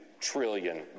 trillion